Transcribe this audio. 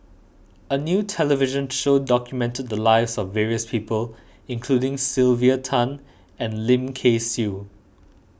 a new television show documented the lives of various people including Sylvia Tan and Lim Kay Siu